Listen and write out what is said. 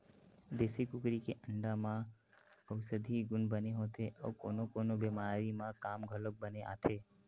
देसी कुकरी के अंडा म अउसधी गुन बने होथे अउ कोनो कोनो बेमारी म काम घलोक बने आथे